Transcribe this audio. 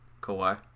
Kawhi